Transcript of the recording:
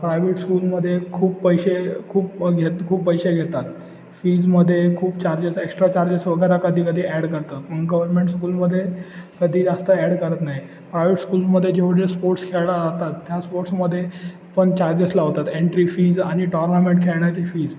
private स्कूलमध्ये खूप पैसे खूप घेत खूप पैसे घेतात फीजमध्ये खूप चार्जेस एक्स्ट्रा चार्जेस वगैरे कधी कधी ॲड करतात पण गव्हर्मेंट स्कूलमध्ये कधी जास्त ॲड करत नाही प्रायवेट स्कूलमध्ये जेवढे स्पोर्ट्स खेळला राहतात त्या स्पोर्ट्समध्ये पण चार्जेस लावतात एंट्री फीज आणि टॉर्नामेंट खेळण्याची फीज